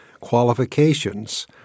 qualifications